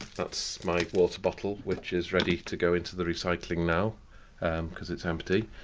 that's my water bottle which is ready to go into the recycling now because it's empty.